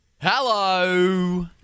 Hello